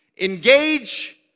engage